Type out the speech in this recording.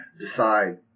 decide